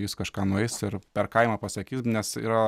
jis kažką nueis ir per kaimą pasakys nes yra